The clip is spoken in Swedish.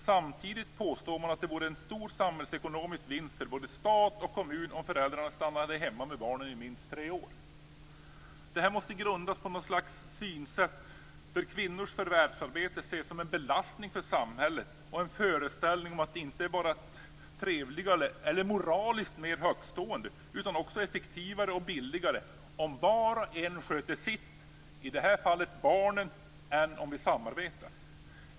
Samtidigt påstår man att det vore en stor samhällsekonomisk vinst för både stat och kommun om föräldrarna stannade hemma med barnen i minst tre år. Det här måste grundas på något slags synsätt där kvinnors förvärvsarbete ses som en belastning för samhället och på en föreställning om att det inte bara är trevligare - eller moraliskt mer högtstående - utan också effektivare och billigare om var och en sköter sitt, i det här fallet barnen, än om vi samarbetar.